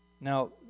Now